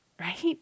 Right